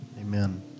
Amen